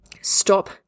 Stop